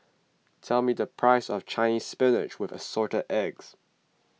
tell me the price of Chinese Spinach with Assorted Eggs